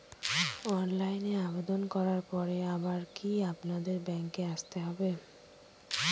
অনলাইনে আবেদন করার পরে আবার কি আপনাদের ব্যাঙ্কে আসতে হবে?